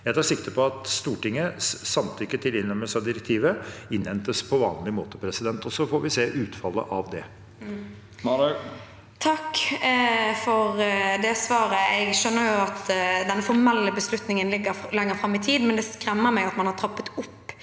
Jeg tar sikte på at Stortingets samtykke til innlemmelse av direktivet innhentes på vanlig måte, og så får vi se utfallet av det. Sofie Marhaug (R) Takk for det svaret. Jeg skjønner at den formelle beslutningen ligger lenger fram i tid, men det skremmer meg at man har trappet opp